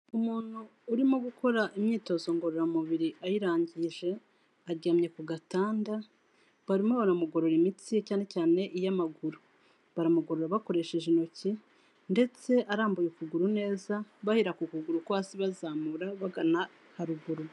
Umuntu urimo gukora imyitozo ngororamubiri ayirangije, aryamye ku gatanda, barimo baramugorora imitsi cyane cyane iy'amaguru, baramugorora bakoresheje intoki ndetse arambuye ukuguru neza, bahera ku kuguru ko hasi bazamura bagana haruguru.